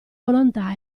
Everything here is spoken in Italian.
volontà